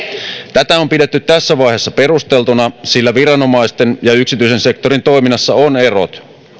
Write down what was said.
tätä on pidetty tässä vaiheessa perusteltuna sillä viranomaisten ja yksityisen sektorin toiminnassa on eroja